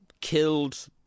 killed